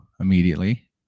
immediately